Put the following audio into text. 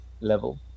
level